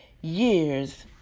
years